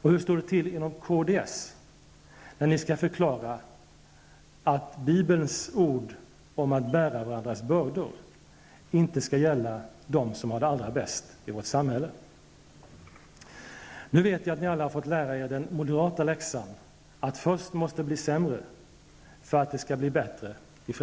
Hur står det till inom kds, när ni skall förklara att Bibelns ord om att bära varandras bördor inte skall gälla dem som har det allra bäst i vårt samhälle? Nu vet jag att ni alla har fått lära er den moderata läxan, att först måste det bli sämre för att det skall bli bättre.